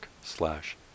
slash